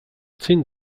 zein